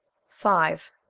five.